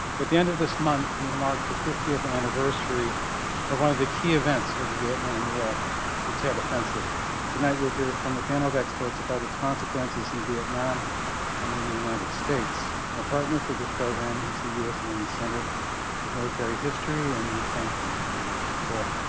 at the end of this month we mark the fiftieth anniversary of one of the key events of the vietnam war the tet offensive tonight we'll hear from a panel of experts about its consequences in vietnam and in the united states our partner for this program is the us army center of military history and we thank them for their support